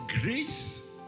Grace